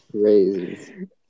crazy